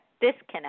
disconnect